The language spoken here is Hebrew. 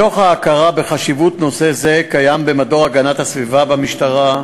מתוך ההכרה בחשיבות נושא זה קיים מדור הגנת הסביבה במשטרה,